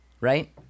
right